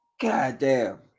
goddamn